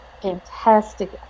fantastic